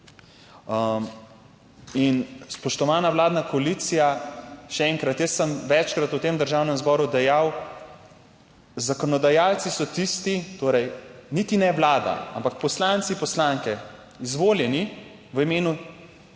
Spoštovana vladna koalicija, še enkrat, jaz sem večkrat v Državnem zboru dejal, zakonodajalci so tisti, torej niti ne vlada, ampak poslanci, poslanke, izvoljeni v imenu